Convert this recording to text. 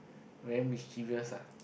very mischievous ah